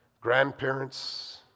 grandparents